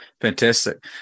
Fantastic